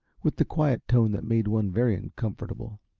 with the quiet tone that made one very uncomfortable.